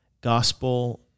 gospel